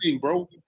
bro